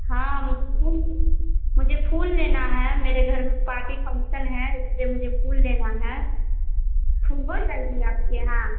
हाँ मुझे फूल मुझे फूल लेना है मेरे घर में पार्टी फंक्शन है इसलिए मुझे फूल लेना है फूल हो जाएगा आपके यहाँ